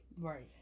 Right